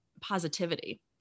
positivity